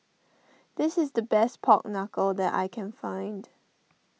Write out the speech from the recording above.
this is the best Pork Knuckle that I can find